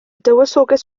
dywysoges